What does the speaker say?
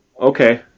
Okay